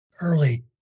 early